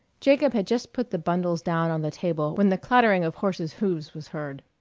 jacob had just put the bundles down on the table, when the clattering of horses' hoofs was heard.